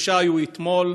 שלושה היו אתמול,